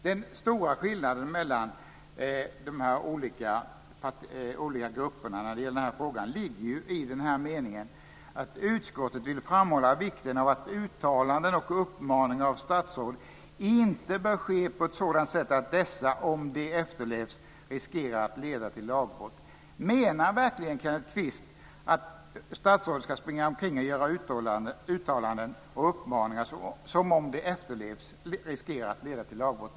Den stora skillnaden mellan de olika grupperna när det gäller den här frågan ligger i den här meningen: "Utskottet vill framhålla vikten av att uttalanden och uppmaningar av statsråd inte bör ske på ett sådant sätt att dessa - om de efterlevs - riskerar att leda till lagbrott." Menar verkligen Kenneth Kvist att statsråd ska springa omkring och göra uttalanden och uppmaningar som, om de efterlevs, riskerar att leda till lagbrott?